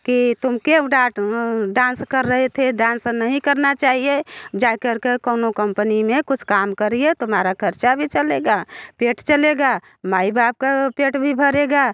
कि तुम क्यों डाँट डांस कर रहे थे डांस नहीं करना चाहिए जा कर के कौनो कंपनी में कुछ काम करिए तुम्हारा ख़र्च भी चलेगा पेट चलेगा माई बाप का पेट भी भरेगा